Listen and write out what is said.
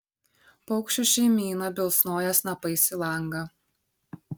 paukščių šeimyna bilsnoja snapais į langą